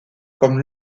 comme